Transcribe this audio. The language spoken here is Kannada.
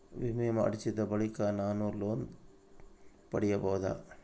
ವಿಮೆ ಮಾಡಿಸಿದ ಬಳಿಕ ನಾನು ಲೋನ್ ಪಡೆಯಬಹುದಾ?